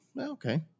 Okay